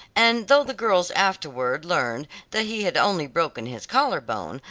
and though the girls afterward learned that he had only broken his collar bone,